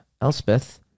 elspeth